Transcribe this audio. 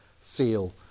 seal